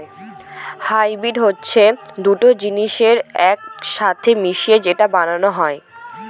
hybrid হচ্ছে দুটো জিনিসকে এক সাথে মিশিয়ে যেটা বানানো হয়